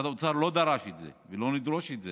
משרד האוצר לא דרש את זה, ולא נדרוש את זה